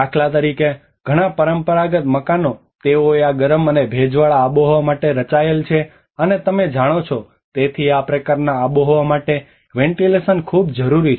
દાખલા તરીકે ઘણા પરંપરાગત મકાનો તેઓ આ ગરમ અને ભેજવાળા આબોહવા માટે રચાયેલ છે અને તમે જાણો છો તેથી આ પ્રકારના આબોહવા માટે વેન્ટિલેશન ખૂબ જરૂરી છે